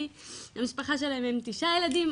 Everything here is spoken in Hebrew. המשפחה של בעלי היא תשעה ילדים,